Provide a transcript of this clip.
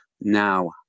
Now